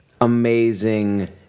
amazing